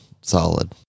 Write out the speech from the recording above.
solid